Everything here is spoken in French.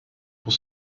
pour